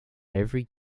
every